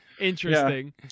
interesting